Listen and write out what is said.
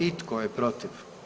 I tko je protiv?